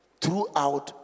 throughout